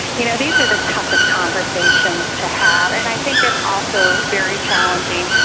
you know, these are the toughest conversations to have, and i think it's also very challenging,